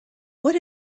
what